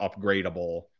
upgradable